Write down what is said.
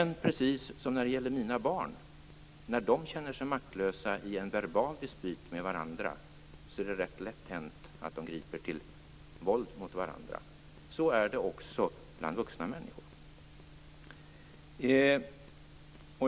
När mina barn känner sig maktlösa i en verbal dispyt med varandra är det lätt hänt att de griper till våld mot varandra. Precis så är det också bland vuxna människor.